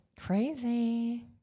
Crazy